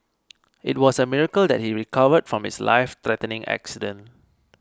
it was a miracle that he recovered from his life threatening accident